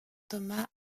thomas